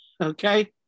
Okay